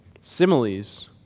Similes